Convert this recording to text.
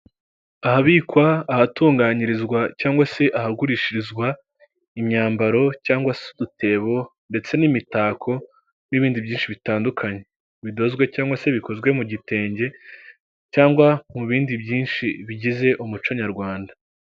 Ahabikwa ahatunganyirizwa cyangwa se ahagurishirizwa imyambaro cyangwa udutebo ndetse n'imitako n'ibindi byinshi bitandukanye, bidozwe cyangwa se bikozwe mu gitenge, cyangwa mu bindi byinshi bigize umuco nyarwanda.